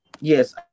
Yes